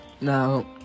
Now